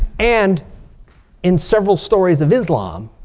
and in several stories of islam.